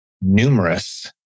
numerous